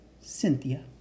Cynthia